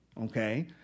Okay